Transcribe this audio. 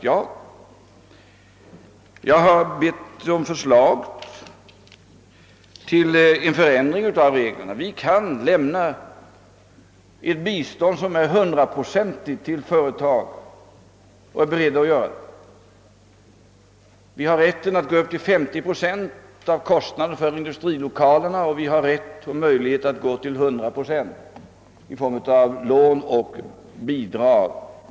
Ja, jag har bett om förslag till förändring av reglerna. Vi kan lämna ett hundraprocentigt bistånd till företag som vill omlokalisera sin produktion, och vi är beredda att göra sådana insatser. Vi har rätt att bidra med 50 procent av kostnaden för industrilokalerna, och vi har rätt och möjlighet att gå upp till 100 procent av kostnaden för lokaliseringar genom lån och bidrag.